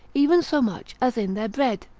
even so much, as in their bread,